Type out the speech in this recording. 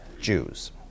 Jews